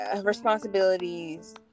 responsibilities